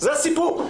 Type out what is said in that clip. זה הסיפור.